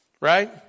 Right